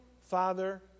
Father